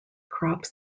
crops